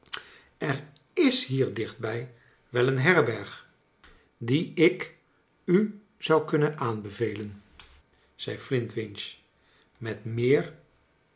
er is hier dichtbij wel een herberg die ik u zou kunnen aanbevelen zei flintwinch met meer